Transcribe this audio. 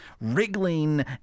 wriggling